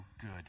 good